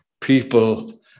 people